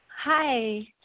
Hi